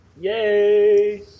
Yay